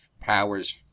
powers